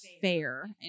fair